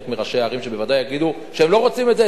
הערים שבוודאי יגידו שהם לא רוצים את זה אצלם,